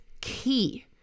key